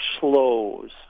slows